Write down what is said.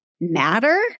matter